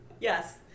Yes